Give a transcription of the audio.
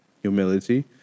humility